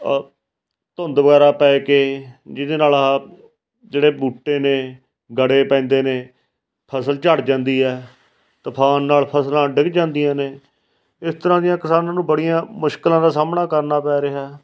ਧੁੰਦ ਵਗੈਰਾ ਪੈ ਕੇ ਜਿਹਦੇ ਨਾਲ ਆਹ ਜਿਹੜੇ ਬੂਟੇ ਨੇ ਗੜੇ ਪੈਂਦੇ ਨੇ ਫਸਲ ਝੜ ਜਾਂਦੀ ਹੈ ਤੂਫਾਨ ਨਾਲ ਫਸਲਾਂ ਡਿੱਗ ਜਾਂਦੀਆਂ ਨੇ ਇਸ ਤਰ੍ਹਾਂ ਦੀਆਂ ਕਿਸਾਨਾਂ ਨੂੰ ਬੜੀਆਂ ਮੁਸ਼ਕਿਲਾਂ ਦਾ ਸਾਹਮਣਾ ਕਰਨਾ ਪੈ ਰਿਹਾ